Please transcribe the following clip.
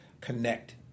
connect